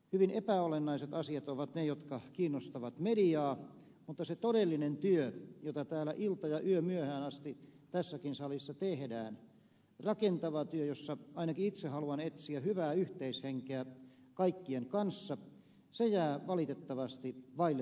hyvin epäolennaiset asiat ovat ne jotka kiinnostavat mediaa mutta se todellinen työ jota täällä ilta ja yömyöhään asti tässäkin salissa tehdään rakentava työ jossa ainakin itse haluan etsiä hyvää yhteishenkeä kaikkien kanssa jää valitettavasti vaille